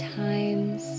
times